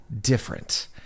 different